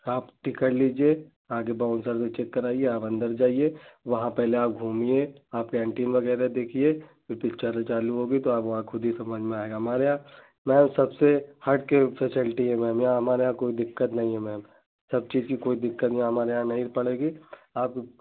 आप टिकट लीजिए आगे बाउन्सर से चेक कराइए आप अन्दर जाइए वहाँ पहले आप घूमिए आप कैन्टीन वग़ैरह देखिए फिर पिक्चर चालू होगी तो आप वहाँ खुद ही समझ में आएगा हमारे यहाँ मैम सबसे हटकर फैसिलिटी है मैम यहाँ हमारे यहाँ कोई दिक्कत नहीं है मैम सब चीज़ की कोई दिक्कत नहीं है हमारे यहाँ नहीं पड़ेगी आप